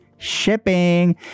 shipping